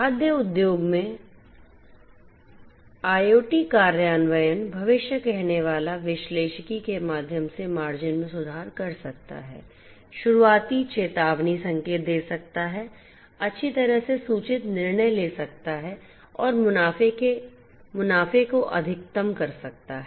खाद्य उद्योग में IoT कार्यान्वयन भविष्य कहने वाला विश्लेषिकी के माध्यम से मार्जिन में सुधार कर सकता है शुरुआती चेतावनी संकेत दे सकता है अच्छी तरह से सूचित निर्णय ले सकता है और मुनाफे को अधिकतम कर सकता है